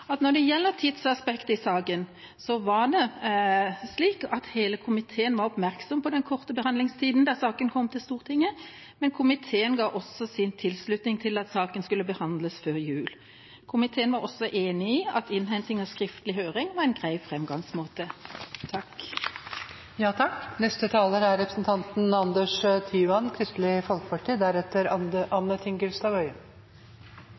at når det gjelder tidsaspektet i saken, er det slik at hele komiteen var oppmerksom på den korte behandlingstida da saken kom til Stortinget. Men komiteen ga også sin tilslutning til at saken skulle behandles før jul. Komiteen var også enig i at innhenting av skriftlige høringsinnspill var en grei framgangsmåte. Vi er